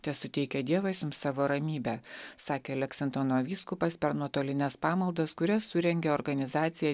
tesuteikia dievas jums savo ramybę sakė leksingtono vyskupas per nuotolines pamaldas kurias surengė organizacija